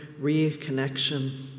reconnection